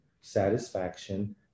satisfaction